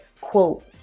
quote